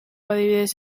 adibidez